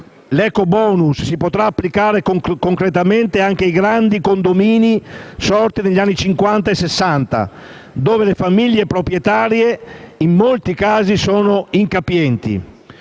l'ecobonus si potrà applicare concretamente anche ai grandi condomini sorti negli anni Cinquanta, Sessanta e Settanta, dove le famiglie proprietarie in molti casi sono incapienti.